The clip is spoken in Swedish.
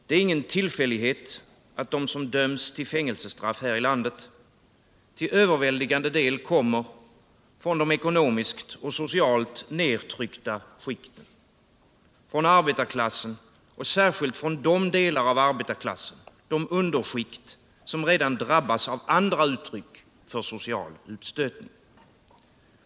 Det är ingen tillfällighet att de som döms till fängelsestraff här i landet till övervägande del kommer från de ekonomiskt och socialt nedtryckta skikten: från arbetarklassen och särskilt från de delar — de underskikt — av arbetarklassen som redan drabbats av andra uttryck för social utstötning.